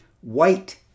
white